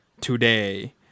today